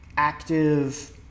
active